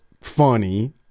funny